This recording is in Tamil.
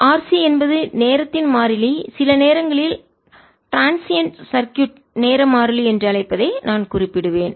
RC என்பது நேரத்தின் மாறிலிசில நேரங்களில் டிரன்சியண்ட் சர்க்யூட் நேர மாறிலி என்று அழைப்பதை நான் குறிப்பிடுவேன்